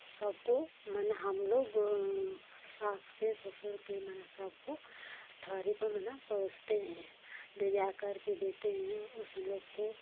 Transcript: सबको मन हम लोग बो सास के ससुर के मने सबको पे मना पहुँचते हैं ले जाकर के देते हैं उस लोग को